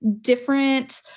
different